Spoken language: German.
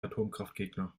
atomkraftgegner